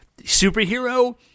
superhero